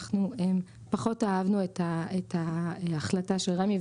אנחנו פחות אהבנו את ההחלטה של רמ"י,